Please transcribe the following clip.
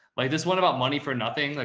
like this one about money for nothing. like,